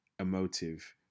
emotive